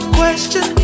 question